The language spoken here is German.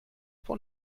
von